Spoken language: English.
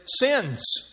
sins